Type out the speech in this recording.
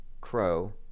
Crow